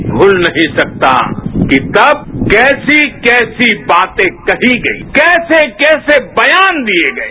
देश भूल नहीं सकता कि तब कैसी कैसी बातें कहीं गई कैसे कैसे बयान दिये गये